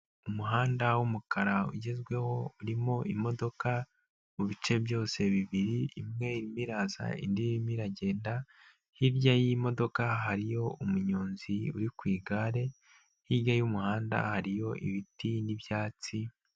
Umuhanda w'umukara ugezweho urimo imodoka mu bice byose bibiri, imwe iraza indi irimo iragenda, hirya y'imodoka hariyo umunyonzi uri ku igare, hirya y'umuhanda hariyo ibiti n'ibyatsi.